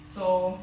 so